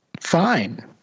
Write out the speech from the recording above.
fine